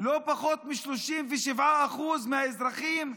לא פחות מ-37% מהאזרחים,